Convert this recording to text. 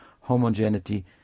homogeneity